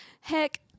heck